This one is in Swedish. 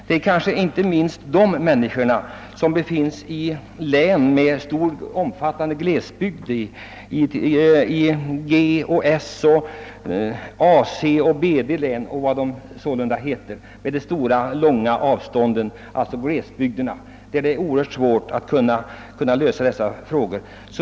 Det är emellertid oerhört svårt att lösa detta problem för de människor som bor i glesbygder med långa avstånd såsom i G-, S-, AC och BD länen.